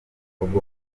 ubwo